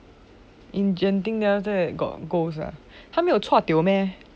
in genting then have ghost ah he never chua tio meh